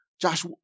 Josh